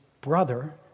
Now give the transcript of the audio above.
brother